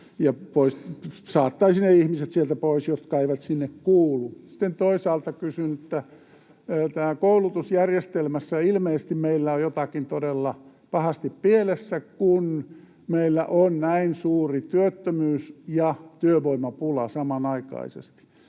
saattaisi ne ihmiset sieltä pois, jotka eivät sinne kuulu? Sitten toisaalta kysyn: Koulutusjärjestelmässä ilmeisesti meillä on jotakin todella pahasti pielessä, kun meillä on näin suuri työttömyys ja työvoimapula samanaikaisesti.